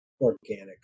organic